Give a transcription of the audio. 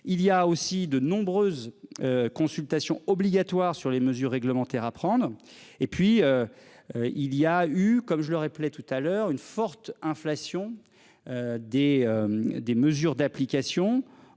il y a aussi de nombreuses. Consultations obligatoires sur les mesures réglementaires à prendre et puis. Il y a eu, comme je l'aurais plaît tout à l'heure une forte inflation. Des, des mesures d'application